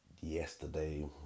yesterday